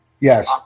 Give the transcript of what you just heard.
Yes